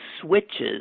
switches